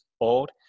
old